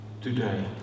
today